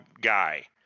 guy